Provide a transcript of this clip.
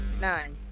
Nine